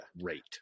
rate